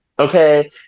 Okay